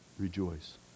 rejoice